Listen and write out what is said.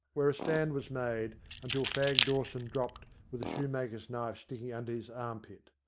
where a stand was made until fag dawson dropped, with a shoe maker's knife sticking under his arm-pit.